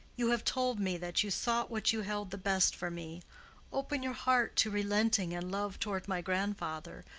you have told me that you sought what you held the best for me open your heart to relenting and love toward my grandfather,